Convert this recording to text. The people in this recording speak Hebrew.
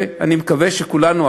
אני מקווה שכולנו,